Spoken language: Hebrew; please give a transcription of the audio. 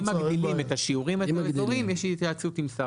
אם מגדילים את השיעורים או את האזורים יש התייעצות עם שר האוצר.